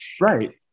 Right